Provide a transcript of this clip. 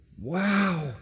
Wow